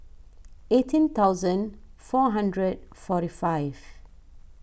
eighteen thousand four hundred forty five